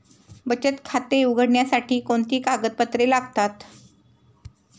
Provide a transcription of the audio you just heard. बचत खाते उघडण्यासाठी कोणती कागदपत्रे लागतात?